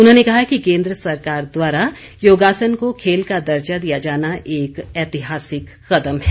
उन्होंने कहा कि केंद्र सरकार द्वारा योगासन को खेल का दर्जा दिया जाना एक एतिहासिक कदम है